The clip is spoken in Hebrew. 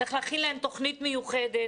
צריך להכין להם תוכנית מיוחדת.